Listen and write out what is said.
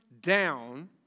down